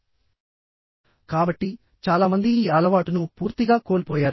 కాబట్టి చాలా మంది ఈ అలవాటును పూర్తిగా కోల్పోయారు